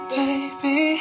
baby